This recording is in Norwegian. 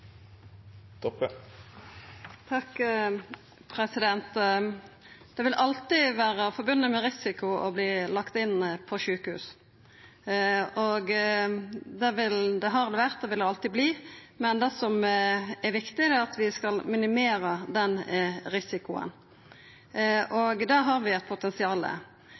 Det vil alltid vera risiko knytt til å verta lagd inn på sjukehus. Det har det vore og vil det alltid vera, men det som er viktig, er at vi skal minimera den risikoen. Der har vi eit